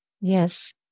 Yes